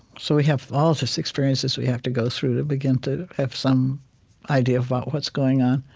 so we have all of this experiences we have to go through to begin to have some idea of about what's going on.